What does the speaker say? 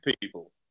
people